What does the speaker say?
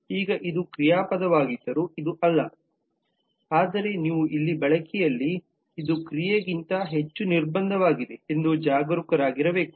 ಈಗ ಇದು ಕ್ರಿಯಾಪದವಾಗಿದ್ದರೂ ಇದು ಅಲ್ಲ ಆದರೆ ನೀವು ಇಲ್ಲಿ ಬಳಕೆಯಲ್ಲಿ ಇದು ಕ್ರಿಯೆಗಿಂತ ಹೆಚ್ಚು ನಿರ್ಬಂಧವಾಗಿದೆ ಎಂದು ಜಾಗರೂಕರಾಗಿರಬೇಕು